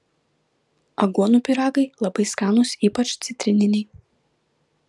aguonų pyragai labai skanūs ypač citrininiai